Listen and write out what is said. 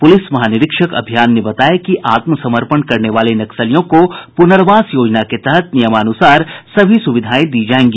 police महानिरीक्षक अभियान ने बताया कि आत्मसमर्पण करने वाले नक्सलियों को पुनर्वास योजना के तहत नियमानुसार सभी सुविधाएं दी जायेंगी